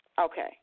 Okay